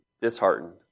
disheartened